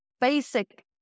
basic